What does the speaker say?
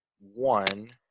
one